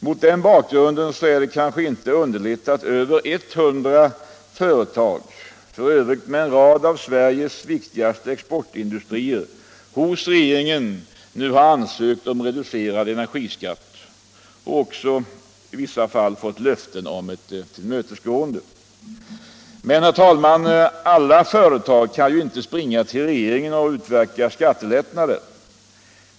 Mot den bakgrunden är det kanske inte underligt att över ett hundra företag tillsammans med en rad av Sveriges viktigaste exportindustrier nu hos regeringen har ansökt om reducerad energiskatt och också i vissa fall fått löfte om ett tillmötesgående. Men alla företag kan inte springa till regeringen och utverka skattelättnader.